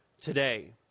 today